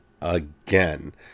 again